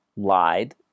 lied